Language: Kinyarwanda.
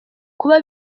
kuba